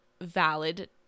valid